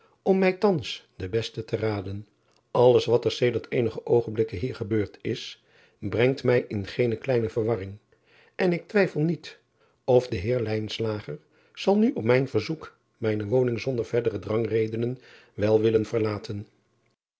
om mij thans ten beste te raden lles wat er sedert eenige oogenblikken hier gebeurd is brengt mij in geene kleine verwarring en ik twijfel niet of de eer zal nu op mijn verzoek mijne woning zonder verdere drangredenen wel willen verlaten